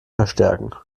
verstärken